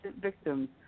victims